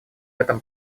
этом